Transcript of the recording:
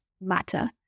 matter